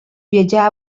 viatjà